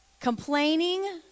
Complaining